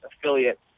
affiliate